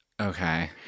Okay